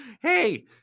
Hey